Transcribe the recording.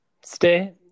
stay